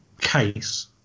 case